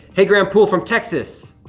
hey, graham poole from texas,